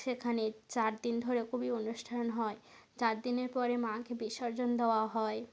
সেখানে চার দিন ধরে খুবই অনুষ্ঠান হয় চার দিনের পরে মাকে বিসর্জন দেওয়া হয়